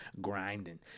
grinding